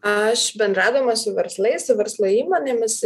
aš bendraudama su verslai su verslo įmonėmis